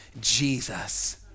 Jesus